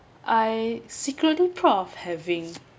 I secretly proud of having